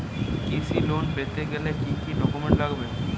কৃষি লোন পেতে গেলে কি কি ডকুমেন্ট লাগবে?